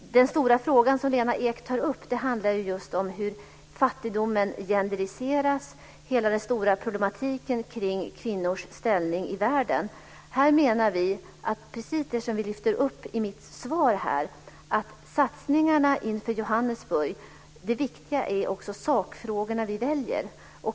Den stora fråga som Lena Ek tar upp handlar just om hur fattigdomen "genderiseras" och hela den stora problematiken kring kvinnors ställning i världen. Här menar vi, precis som jag lyfter fram i mitt svar, att det viktiga i satsningarna inför Johannesburg också är vilka sakfrågor vi väljer.